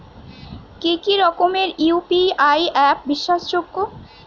কি কি ধরনের ইউ.পি.আই অ্যাপ বিশ্বাসযোগ্য?